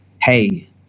hey